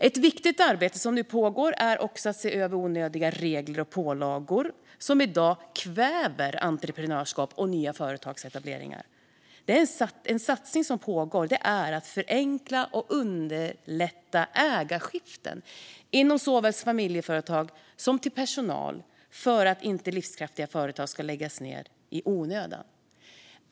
Ett viktigt arbete som nu pågår är också att se över onödiga regler och pålagor som i dag kväver entreprenörskap och nya företagsetableringar. En satsning som pågår är att förenkla och underlätta ägarskiften såväl inom familjeföretag som till personal för att livskraftiga företag inte ska läggas ned i onödan.